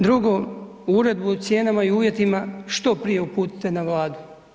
Drugo, uredbu o cijenama i uvjetima što prije uputite na Vladu.